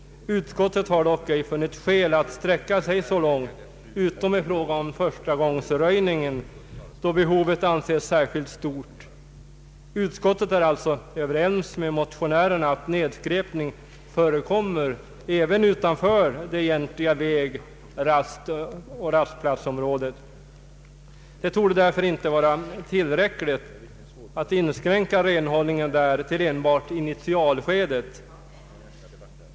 Utskottet har dock ej funnit skäl att sträcka sig så långt utom i fråga om förstagångsröjningen, då behovet anses särskilt stort. Utskottet är alltså överens med motionärerna om att nedskräpning förekommer även utanför det egentliga vägoch rastplatsområdet. Det torde därför inte vara tillräckligt att inskränka renhållningen där till enbart initialskedet.